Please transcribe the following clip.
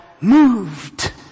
moved